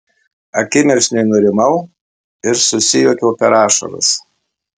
akimirksniu nurimau ir susijuokiau per ašaras